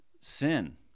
sin